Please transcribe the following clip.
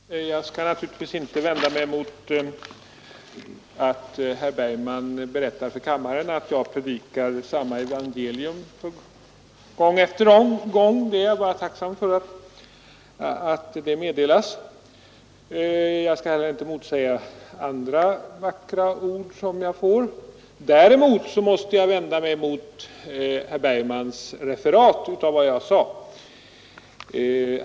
Herr talman! Jag skall naturligtvis inte vända mig mot att herr Bergman berättar för kammaren att jag predikar samma evangelium gång efter gång; jag är bara tacksam för att det meddelas. Jag skall heller inte motsäga andra vackra ord som jag får höra. Däremot måste jag vända mig mot herr Bergmans referat av vad jag sade.